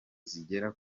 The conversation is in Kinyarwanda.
zigera